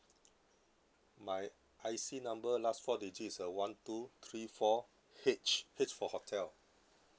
my I_C number last four digit is uh one two three four H H for hotel